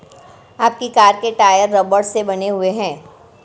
आपकी कार के टायर रबड़ से बने हुए हैं